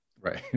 Right